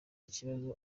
ikibazo